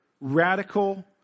radical